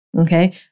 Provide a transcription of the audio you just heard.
okay